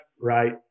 right